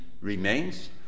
remains